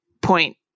point